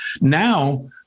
Now